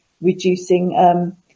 reducing